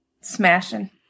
Smashing